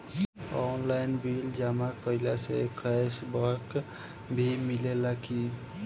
Online bill जमा कईला से कैश बक भी मिलेला की?